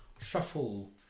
Shuffle